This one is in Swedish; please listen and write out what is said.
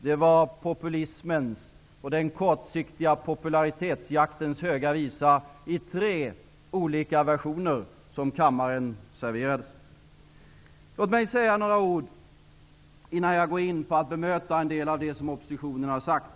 Det var populismens och den kortsiktiga popularitetsjaktens höga visa i tre olika versioner som kammaren serverades. Låt mig säga några ord innan jag går in på att bemöta en del av det som oppositionen har sagt.